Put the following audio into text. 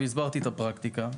והסברתי את הפרקטיקה,